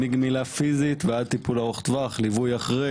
מגמילה פיזית ועד טיפול ארוך טווח וליווי אחרי.